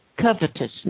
covetousness